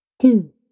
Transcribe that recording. Two